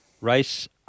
Race